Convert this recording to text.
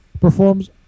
performs